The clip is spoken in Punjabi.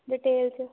ਡਿਟੇਲ 'ਚ